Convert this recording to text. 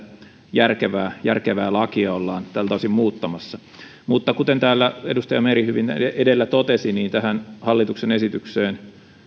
järkevää järkevää lakia ollaan tältä osin muuttamassa mutta kuten täällä edustaja meri hyvin edellä totesi niin tähän hallituksen esitykseen